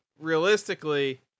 realistically